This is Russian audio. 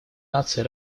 наций